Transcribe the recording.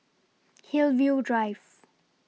Hillview Drive